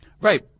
Right